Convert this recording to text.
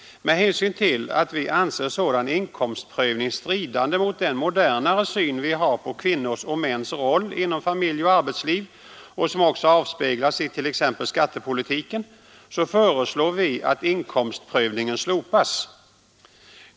Med hänsyn till att vi anser sådan inkomstprövning stridande mot den modernare syn vi har på kvinnors och mäns roll inom familj och arbetsliv och som också avspeglas i exempelvis skattepolitiken föreslår vi att inkomstprövningen slopas.